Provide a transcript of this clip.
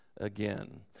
again